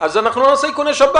אם היא נעלמת אז לא נעשה איכוני שב"כ,